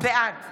בעד